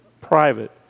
private